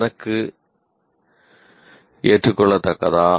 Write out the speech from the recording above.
எனக்கு ஏற்றுக்கொள்ளத்தக்கதா